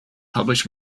publish